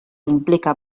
implica